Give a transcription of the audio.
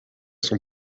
sont